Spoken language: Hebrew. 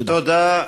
תודה.